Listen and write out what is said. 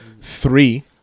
three